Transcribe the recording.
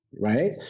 right